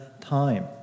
time